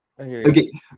Okay